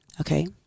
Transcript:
Okay